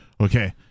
okay